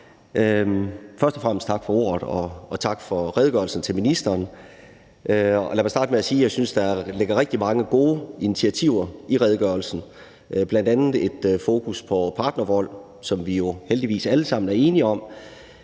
Først og fremmest tak for ordet, og tak til ministeren for redegørelsen. Lad mig starte med at sige, at jeg synes, der ligger rigtig mange gode initiativer i redegørelsen, bl.a. et fokus på partnervold, hvilket vi jo heldigvis alle sammen er enige om